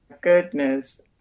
goodness